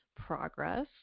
progress